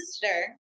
sister